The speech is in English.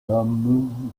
moon